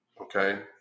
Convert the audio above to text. okay